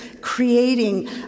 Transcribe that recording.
creating